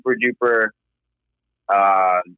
super-duper